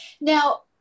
Now